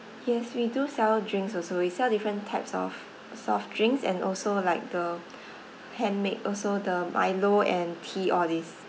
yes we do sell drinks also we sell different types of soft drinks and also like the handmade also the milo and tea all these